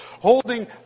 holding